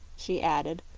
she added,